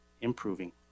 improving